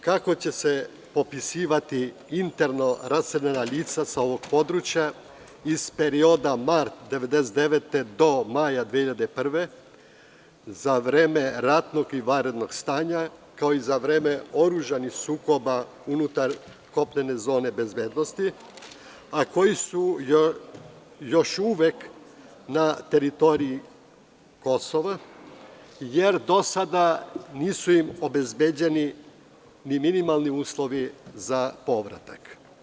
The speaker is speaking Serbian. Kako će se popisivati interno raseljena lica sa ovog područja iz perioda mart 1999. godine do maja 2001. godine, za vreme ratnog i vanrednog stanja, kao i za vreme oružanih sukoba unutar kopnene zone bezbednosti, a koji su još uvek na teritoriji Kosova, jer do sada nisu im obezbeđeni ni minimalni uslovi za povratak?